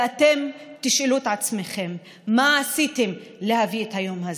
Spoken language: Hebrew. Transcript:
ואתם תשאלו את עצמכם מה עשיתם להביא את היום הזה.